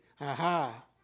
aha